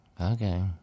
Okay